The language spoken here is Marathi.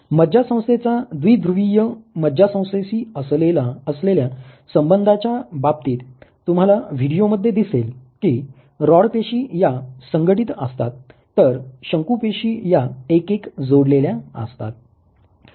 मज्जासंस्थेचा द्विधृवीय मज्जासंस्थेशी असलेल्या संबंधाच्या बाबतीत तुम्हाला व्हिडीओ मध्ये दिसेल की रॉड पेशी या संघटीत असतात तर शंकू पेशी या एक एक जोडलेल्या असतात